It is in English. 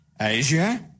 Asia